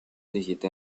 diecisiete